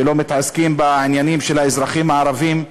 ולא מתעסקים בעניינים של האזרחים הערבים,